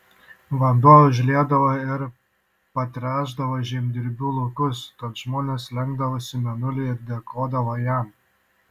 vanduo užliedavo ir patręšdavo žemdirbių laukus tad žmonės lenkdavosi mėnuliui ir dėkodavo jam